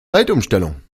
zeitumstellung